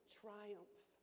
triumph